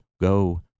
Go